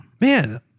Man